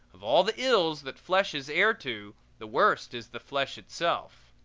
of all the ills that flesh is heir to, the worst is the flesh itself.